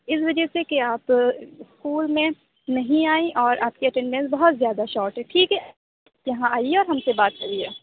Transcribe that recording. اس وجہ سے کہ آپ اسکول میں نہیں آئیں اور آپ کے اٹینڈنس بہت زیادہ شاٹ ہے ٹھیک ہے یہاں آئیے اور ہم سے بات کریے